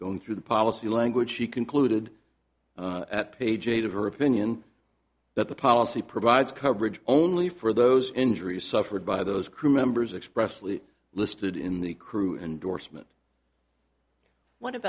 going through the policy language she concluded at page eight of her opinion that the policy provides coverage only for those injuries suffered by those crew members expressly listed in the crew endorsement wh